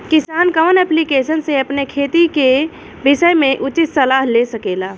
किसान कवन ऐप्लिकेशन से अपने खेती के विषय मे उचित सलाह ले सकेला?